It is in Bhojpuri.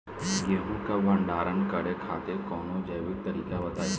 गेहूँ क भंडारण करे खातिर कवनो जैविक तरीका बताईं?